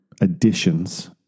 additions